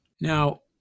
Now